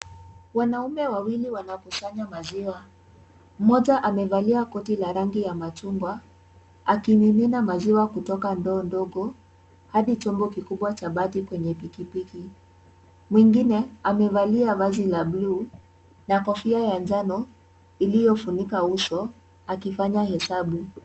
Wanaume wawili wanakusanya maziwa, mmoja amevalia koti la rangi ya machungwa akimimina maziwa kutoka ndoo ndogo hadi chombo kikubwa cha bati kwenye pikipiki. Mwingine amevalia vazi la bluu na kofia ya njano iliyofunika uso akifanya hesabu.